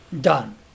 Done